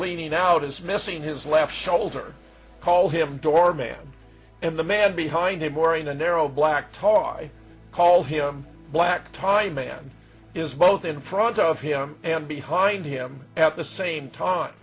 leaning out is missing his left shoulder call him doorman and the man behind him wearing an arrow black tar i call him black tie man is both in front of him and behind him at the same time